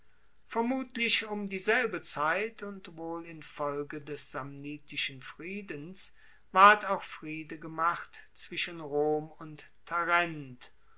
vermutlich um dieselbe zeit und wohl infolge des samnitischen friedens ward auch friede gemacht zwischen rom und